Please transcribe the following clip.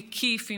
מקיף,